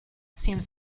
seems